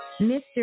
Mr